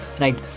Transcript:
right